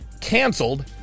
canceled